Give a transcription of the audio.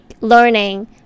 learning